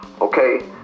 okay